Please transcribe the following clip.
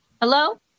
Hello